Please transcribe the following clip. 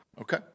Okay